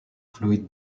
fluid